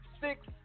six